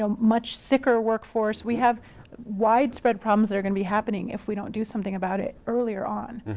um much sicker workforce. we have widespread problems that are gonna be happening if we don't do something about it earlier on.